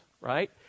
Right